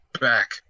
back